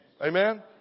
Amen